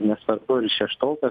nesvarbu ar šeštokas